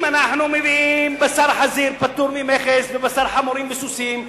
אם אנחנו מביאים בשר חזיר פטור ממכס ובשר חמורים וסוסים,